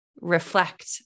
reflect